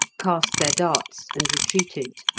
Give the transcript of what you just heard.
cast their darts, and retreated.